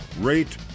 rate